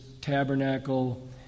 tabernacle